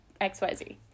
XYZ